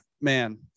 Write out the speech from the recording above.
man